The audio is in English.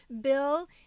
bill